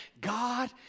God